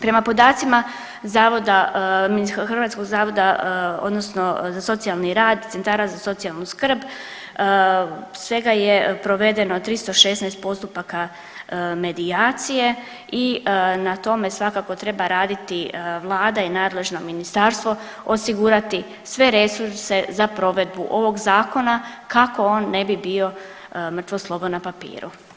Prema podacima zavoda, hrvatskog zavoda odnosno za socijalni rad, centara za socijalnu skrb svega je provedeno 316 postupaka medijacije i na tome svakako treba raditi vlada i nadležno ministarstvo, osigurati sve resurse za provedbu ovog zakona kako on ne bi bio mrtvo slovo na papiru.